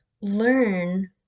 learn